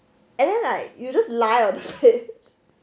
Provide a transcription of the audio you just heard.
and then like you just lie on the bed